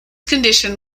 condition